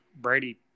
Brady